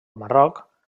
marroc